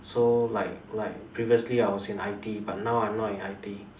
so like like previously I was in I_T but now I'm not in I_T